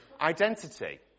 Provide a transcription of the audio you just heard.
Identity